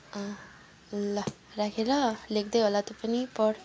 अँ ल राखेँ ल लेख्दै होला तँ पनि पढ